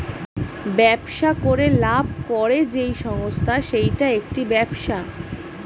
ব্যবসা করে লাভ করে যেই সংস্থা সেইটা একটি ব্যবসা